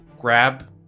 grab